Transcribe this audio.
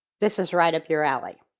this is right up your alley.